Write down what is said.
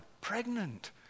pregnant